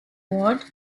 ward